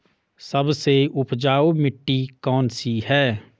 सबसे उपजाऊ मिट्टी कौन सी है?